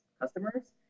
customers